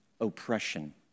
oppression